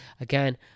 again